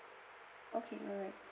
okay alright